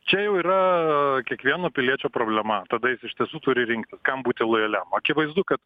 čia jau yra kiekvieno piliečio problema tada jis iš tiesų turi rinktis kam būti lojaliam akivaizdu kad